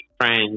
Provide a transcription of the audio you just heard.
friends